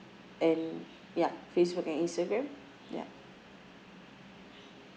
and ya facebook and instagram ya